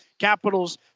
Capitals